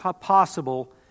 possible